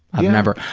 i've never,